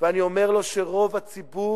אני אומר לו שרוב הציבור